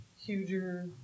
huger